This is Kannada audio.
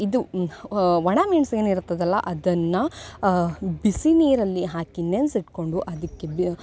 ಇದು ಒಣಮೆಣ್ಸು ಏನು ಇರತದಲ್ಲ ಅದನ್ನು ಬಿಸಿ ನೀರಲ್ಲಿ ಹಾಕಿ ನೆನ್ಸಿ ಇಟ್ಕೊಂಡು ಅದಕ್ಕೆ ಬ್